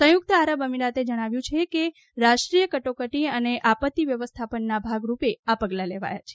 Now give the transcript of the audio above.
સંયુકત આરબ અમિરાતે જણાવ્યું છે કે રાષ્ટ્રીય કટોકટી અને આપત્તિવ્યવસ્થાપનના ભાગરૂપે આ પગલાં લેવાયા છે